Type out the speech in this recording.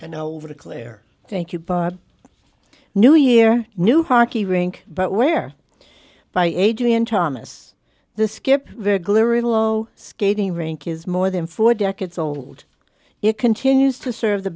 and over the clare thank you bought new year new hockey rink but where by adrian thomas the skip very glittery low skating rink is more than four decades old it continues to serve the